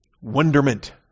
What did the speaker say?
wonderment